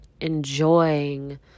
enjoying